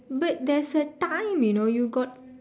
but there's a time you know you got